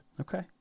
Okay